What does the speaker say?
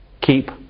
Keep